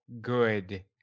good